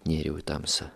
nėriau į tamsą